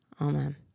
Amen